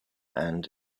and